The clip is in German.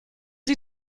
sie